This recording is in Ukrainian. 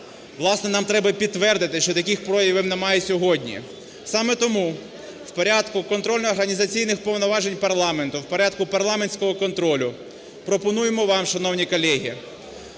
Власне, нам треба і підтвердити, що таких проявів немає сьогодні. Саме тому в порядку контрольно-організаційних повноважень парламенту, в порядку парламентського контролю, пропонуємо вам, шановні колеги,